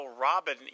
Robin